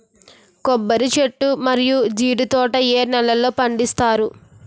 కొబ్బరి చెట్లు మరియు జీడీ తోట ఏ నేలల్లో పండిస్తారు?